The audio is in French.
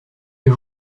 les